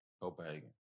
Copenhagen